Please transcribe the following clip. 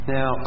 Now